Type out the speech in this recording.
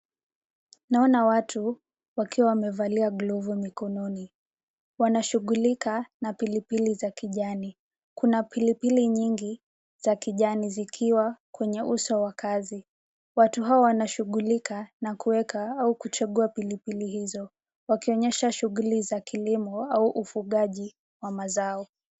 Naona watu wakiwa wamevalia glovu mikononi. Wanashughulika na pilipili za kijani. Kuna pilipili nyingi za kijani zikiwa uso wa Kazi. Watu hawa wanashughulika na kuweka au kuchagua pilipili hizo, wakionyesha shughuli za kilimo au ufugaji wa mazao.